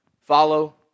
Follow